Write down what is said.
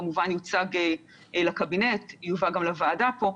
כמובן זה יוצג לקבינט, יובא גם לוועדה פה.